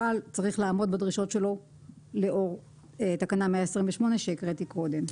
אבל צריך לעמוד בדרישות שלו לאור תקנה 128 שקראתי קודם.